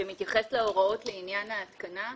שמתייחס להוראות לעניין ההתקנה,